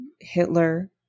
Hitler